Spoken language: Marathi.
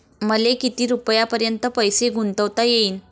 मले किती रुपयापर्यंत पैसा गुंतवता येईन?